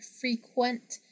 frequent